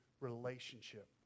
relationship